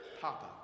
Papa